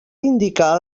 indicar